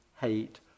hate